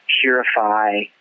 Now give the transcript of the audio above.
purify